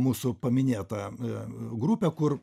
mūsų paminėtą grupę kur